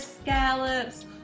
scallops